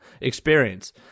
experience